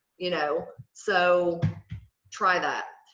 you know, so try that.